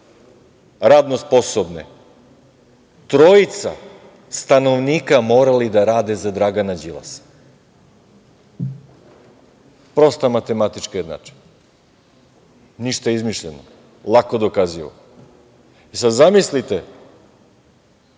radno sposobne, trojica stanovnika morali da rade za Dragana Đilasa, prosta matematička jednačina, ništa izmišljeno, lako dokazivo. Sada zamislite